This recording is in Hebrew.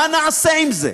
מה נעשה עם זה?